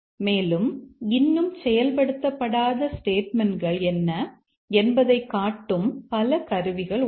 மேலும் இன்னும் செயல்படுத்தப்படாத ஸ்டேட்மெண்ட்கள் என்ன என்பதைக் காட்டும் பல கருவிகள் உள்ளன